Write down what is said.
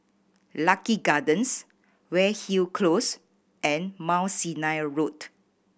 Lucky Gardens Weyhill Close and Mount Sinai Road